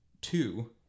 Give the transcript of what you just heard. two